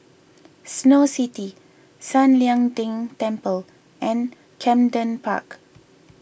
Snow City San Lian Deng Temple and Camden Park